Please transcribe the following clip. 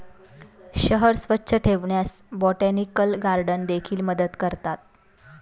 शहर स्वच्छ ठेवण्यास बोटॅनिकल गार्डन देखील मदत करतात